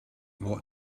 what